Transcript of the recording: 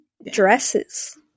dresses